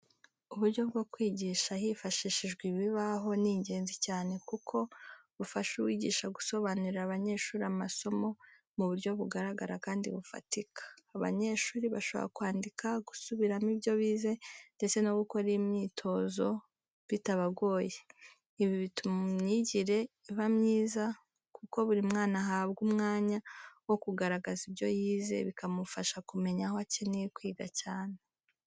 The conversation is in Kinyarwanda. Uburyo bwo kwigisha hifashishijwe ibibaho ni ingenzi cyane kuko bufasha uwigisha gusobanurira abanyeshuri amasomo mu buryo bugaragara kandi bufatika. Abanyeshuri bashobora kwandika, gusubiramo ibyo bize, ndetse no gukora imyitozo bitabagoye. Ibi bituma imyigire iba myiza kuko buri mwana ahabwa umwanya wo kugaragaza ibyo yize, bikamufasha kumenya aho akeneye kwiga cyane.